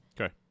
Okay